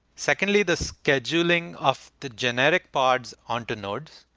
secondly the scheduling off the genetic parts onto nodes.